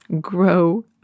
grow